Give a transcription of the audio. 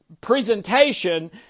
presentation